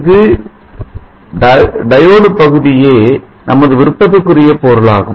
இது டயோடு பகுதியே நமது விருப்பத்திற்குரிய பொருளாகும்